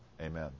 amen